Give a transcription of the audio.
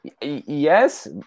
yes